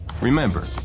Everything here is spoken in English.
Remember